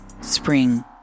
spring